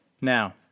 Now